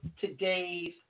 today's